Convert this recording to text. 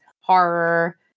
horror